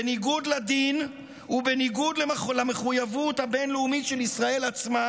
בניגוד לדין ובניגוד למחויבות הבין-לאומית של ישראל עצמה,